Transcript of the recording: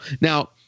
Now